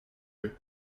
eux